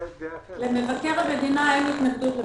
למבקר המדינה אין התנגדות לבקשה.